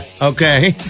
Okay